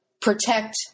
protect